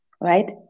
right